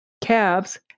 calves